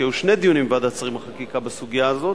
כי היו שני דיונים בוועדת שרים לחקיקה בסוגיה הזאת,